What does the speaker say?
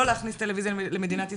לא להכניס טלוויזיה למדינת ישראל,